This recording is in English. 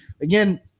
again